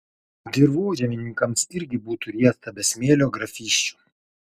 dirvožemininkams irgi būtų riesta be smėlio grafysčių